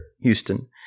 Houston